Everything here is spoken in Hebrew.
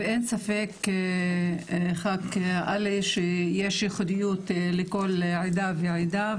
ואין ספק שיש ייחודיות לכל עדה ועדה.